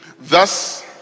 thus